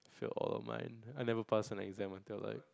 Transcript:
fail all of my I never pass on my exam until I